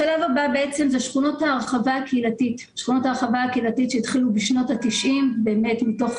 השלב הבא הוא שכונות ההרחבה הקהילתיות שהתחילו בשנות ה-90 מתוך